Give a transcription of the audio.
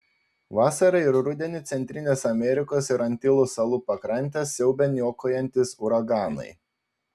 vasarą ir rudenį centrinės amerikos ir antilų salų pakrantes siaubia niokojantys uraganai